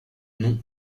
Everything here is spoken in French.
noms